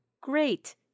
great